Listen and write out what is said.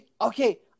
Okay